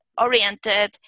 oriented